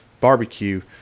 barbecue